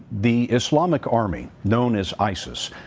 the islamic army, known as isis,